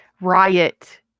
Riot